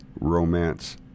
romance